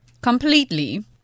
Completely